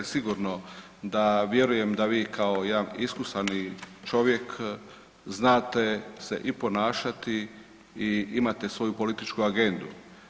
Sigurno da vjerujem da vi kao jedan iskusan i čovjek znate se i ponašati i imate svoju političku agendu.